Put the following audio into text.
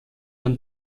und